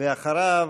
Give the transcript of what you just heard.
אחריו,